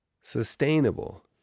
sustainable